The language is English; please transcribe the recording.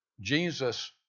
Jesus